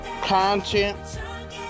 content